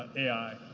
ai.